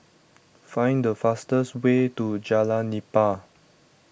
find the fastest way to Jalan Nipah